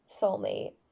soulmate